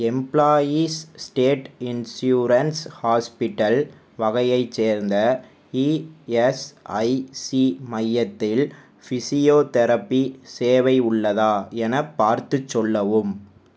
employees state insurance hospital வகையைச் சேர்ந்த ESIC மையத்தில் ஃபிசியோதெரபி சேவை உள்ளதா எனப் பார்த்துச் சொல்லவும்